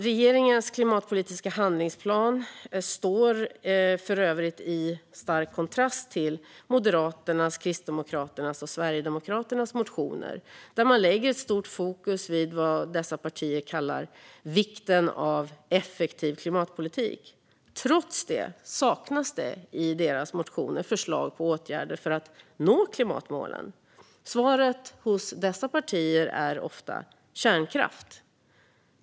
Regeringens klimatpolitiska handlingsplan står för övrigt i stark kontrast till Moderaternas, Kristdemokraternas och Sverigedemokraternas motioner där man lägger stort fokus på vad dessa partier kallar vikten av effektiv klimatpolitik. Trots det saknas i deras motioner förslag på åtgärder för att nå klimatmålen. Svaret hos dessa partier är ofta kärnkraft.